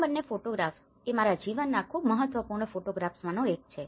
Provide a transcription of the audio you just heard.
આ બંને ફોટોગ્રાફ્સ એ મારા જીવનના ખુબ મહત્વપૂર્ણ ફોટોગ્રાફ્સ માંના એક છે